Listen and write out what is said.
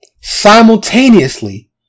simultaneously